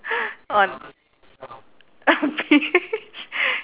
on um P H